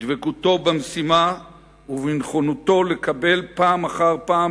בדבקותו במשימה ובנכונותו לקבל פעם אחר פעם,